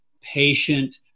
patient